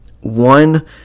one